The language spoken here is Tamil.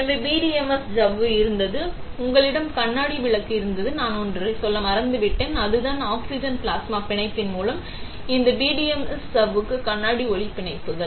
எனவே பிடிஎம்எஸ் சவ்வு இருந்தது உங்களிடம் கண்ணாடி விளக்கு இருந்தது நான் ஒன்றைச் சொல்ல மறந்துவிட்டேன் அதுதான் ஆக்ஸிஜன் பிளாஸ்மா பிணைப்பின் மூலம் இந்த பிடிஎம்எஸ் சவ்வுக்கு கண்ணாடி ஒளி பிணைப்புகள்